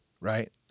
right